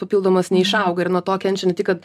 papildomos neišaugo ir nuo to kenčia ne tik kad